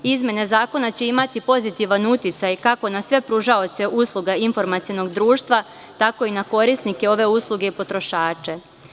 Izmene zakona će imati pozitivan uticaj, kako na sve pružaoce usluga informacionog društva, tako i na korisnike ove usluge, potrošače.